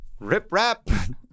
Riprap